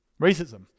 racism